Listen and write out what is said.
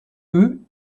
eux